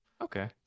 Okay